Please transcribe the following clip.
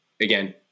again